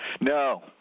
No